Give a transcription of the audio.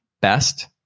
best